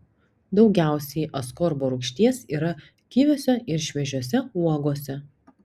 daugiausiai askorbo rūgšties yra kiviuose ir šviežiose uogose